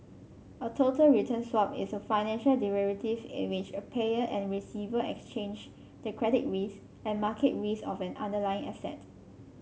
a total return swap is a financial derivative in which a payer and receiver exchange the credit risk and market risk of an underlying asset